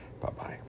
Bye-bye